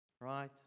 Right